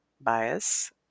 bias